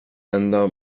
enda